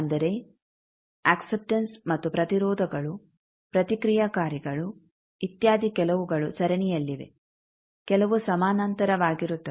ಅಂದರೆ ಅಕ್ಸೆಪ್ಟೆಂಸ್ ಮತ್ತು ಪ್ರತಿರೋಧಗಳು ಪ್ರತಿಕ್ರಿಯಾಕಾರಿಗಳು ಇತ್ಯಾದಿ ಕೆಲವುಗಳು ಸರಣಿಯಲ್ಲಿವೆಕೆಲವು ಸಮಾನಾಂತರವಾಗಿರುತ್ತವೆ